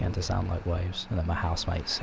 and to sound like waves. and then my housemate,